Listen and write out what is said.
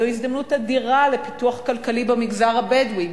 זו הזדמנות אדירה לפיתוח כלכלי במגזר הבדואי,